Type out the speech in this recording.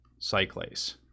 cyclase